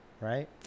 Right